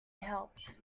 helped